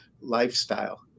lifestyle